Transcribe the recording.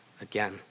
again